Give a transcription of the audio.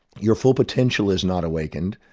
your full potential is not awakened,